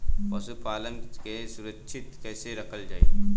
पशुपालन के सुरक्षित कैसे रखल जाई?